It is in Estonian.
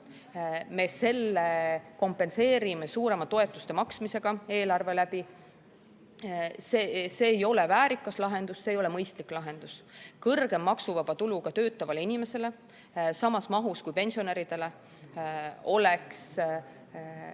Me kompenseerime selle suurema toetuse maksmisega eelarvest. See ei ole väärikas lahendus, see ei ole mõistlik lahendus. Kõrgem maksuvaba tulu ka töötavale inimesele, samas mahus kui pensionäridele, oleks